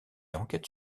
enquête